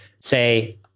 say